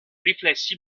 riflessi